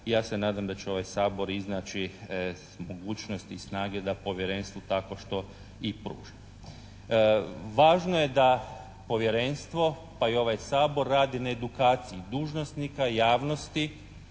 Ja se nadam da će ovaj Sabor iznaći mogućnosti i snage da Povjerenstvu takvo što i pruži. Važno je da Povjerenstvo, pa i ovaj Sabor radi na edukaciji dužnosnika i javnosti,